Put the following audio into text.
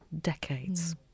decades